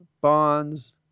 bonds